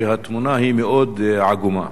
התמונה היא מאוד עגומה,